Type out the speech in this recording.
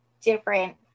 different